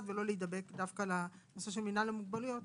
ולא להידבק דווקא לנושא של מינהל המוגבלויות.